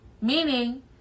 Meaning